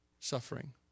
Suffering